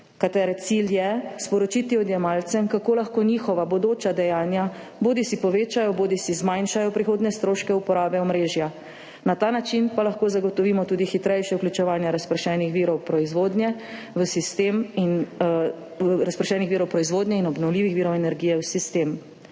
katere cilj je sporočiti odjemalcem, kako lahko njihova bodoča dejanja bodisi povečajo bodisi zmanjšajo prihodnje stroške uporabe omrežja, na ta način pa lahko zagotovimo tudi hitrejše vključevanje razpršenih virov proizvodnje in obnovljivih virov energije v sistem.